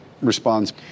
responds